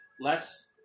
less